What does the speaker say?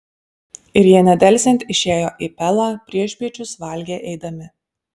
ir jie nedelsiant išėjo į pelą priešpiečius valgė eidami